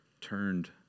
turned